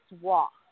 walk